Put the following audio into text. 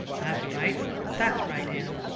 that's right that's right, anne.